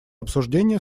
обсуждения